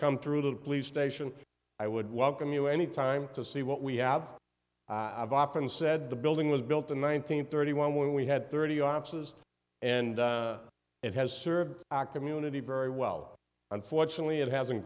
come through the police station i would welcome you any time to see what we have i have often said the building was built in nineteen thirty one when we had thirty offices and it has served our community very well unfortunately it hasn't